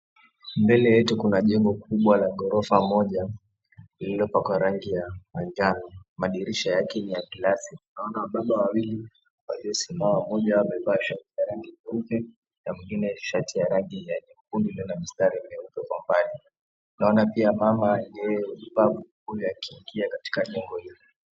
Mbele yetu kuna jengo kubwa la ghorofa moja lililopakwa rangi ya manjano. Madirisha yake ni ya glasi. Naona wababa wawili waliosimama. Mmoja amevaa shati ya rangi ya buluu na mwingine shati ya rangi ya nyekundu iliyo na mistari myeusi kwa mbali. Naona pia mama yeye amebeba mfuko huku akiingia katika jengo hili.